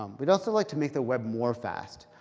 um we'd also like to make the web more fast.